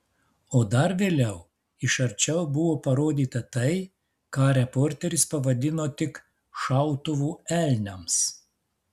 o dar vėliau iš arčiau buvo parodyta tai ką reporteris pavadino tik šautuvu elniams